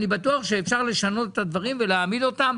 אני בטוח שאפשר לשנות את הדברים ולהעמיד אותם